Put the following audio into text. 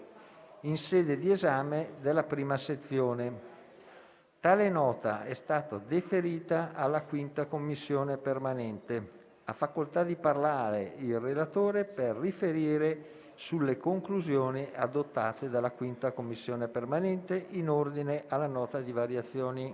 in sede di esame della prima sezione. Tale Nota è stata deferita alla 5a Commissione permanente. Ha facoltà di intervenire la relatrice, per riferire sulle conclusioni adottate dalla 5a Commissione permanente in ordine alla Nota di variazioni.